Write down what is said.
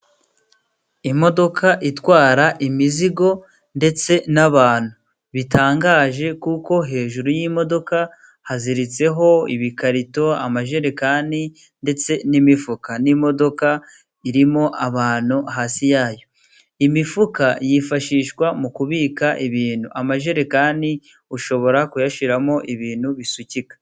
Imodoka itwara imizigo ndetse n'abantu bitangaje kuko hejuru y'imodoka haziritseho ibikarito, amajerekani ndetse n'imifuka. Ni imodoka irimo abantu hasi yayo. Imifuka yifashishwa mu kubika ibintu, amajerekani ushobora kuyashyiramo ibintu bisukika.